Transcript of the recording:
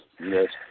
Yes